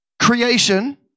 creation